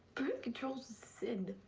birth control's